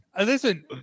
listen